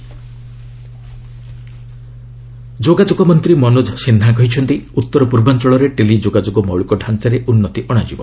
LS question hour ଯୋଗାଯୋଗ ମନ୍ତ୍ରୀ ମନୋଚ୍ଚ ସିହ୍ନା କହିଛନ୍ତି ଉତ୍ତର ପୂର୍ବାଞ୍ଚଳରେ ଟେଲି ଯୋଗାଯୋଗ ମୌଳିକ ଢ଼ାଞ୍ଚାରେ ଉନ୍ନତି ଅଣାଯିବ